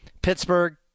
Pittsburgh